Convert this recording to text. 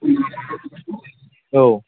औ